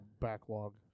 backlog